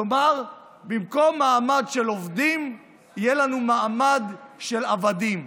כלומר במקום מעמד של עובדים יהיה לנו מעמד של עבדים.